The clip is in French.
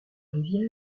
rivière